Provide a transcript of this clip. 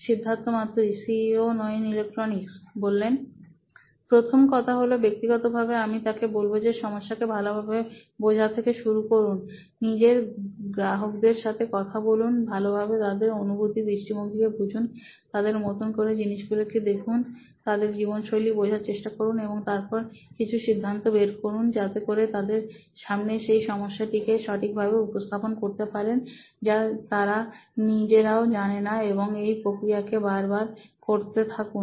Siddharth Maturi C E O নোইন electronics প্রথম কথা হল ব্যক্তিগতভাবে আমি তাকে বলব যে সমস্যাকে ভালোভাবে বোঝা থেকে শুরু করুন নিজের গ্রাহকদের সাথে কথা বলুন ভালোভাবে তাদের অনুভূতি দৃষ্টিভঙ্গিকে বুঝুন তাদের মতো করে জিনিসগুলোকে দেখুন তাদের জীবন শৈলী বোঝার চেষ্টা করুন এবং তারপর কিছু সিদ্ধান্ত বের করুন যাতে করে তাদের সামনে সেই সমস্যাটিকে সঠিকভাবে উপস্থাপন করতে পারেন যা তারা নিজেরাও জানেনা এবং এই প্রক্রিয়াকে বারবার করতে থাকুন